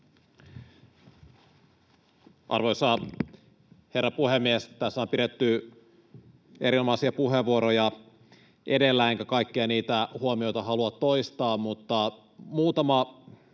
Arvoisa herra puhemies! Tässä on pidetty erinomaisia puheenvuoroja edellä, enkä kaikkia niitä huomioita halua toistaa, mutta muutama